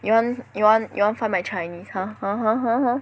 you want you want you want find my Chinese !huh! !huh! !huh! !huh! !huh!